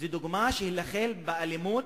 זו דוגמה שלהילחם באלימות,